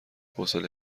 حوصله